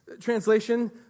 Translation